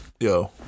Yo